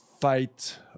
fight